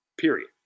period